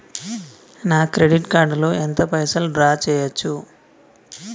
నా credit card లో ఎంత పైసల్ డ్రా చేయచ్చు?